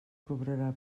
cobrarà